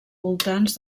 voltants